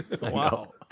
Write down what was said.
Wow